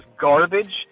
garbage